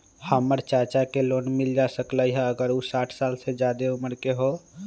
हमर चाचा के लोन मिल जा सकलई ह अगर उ साठ साल से जादे उमर के हों?